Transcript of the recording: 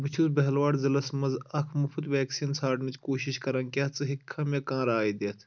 بہٕ چھُس بِھلواڑ ضلعس منٛز اکھ مُفٕط ویکسیٖن ژھارنٕچ کوٗشِش کران کیٛاہ ژٕ ہیٚککھا مےٚ کانٛہہ راے دِتھ